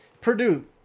Purdue